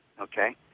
Okay